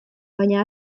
baina